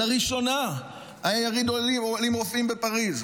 לראשונה היה יריד רופאים עולים בפריז,